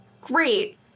Great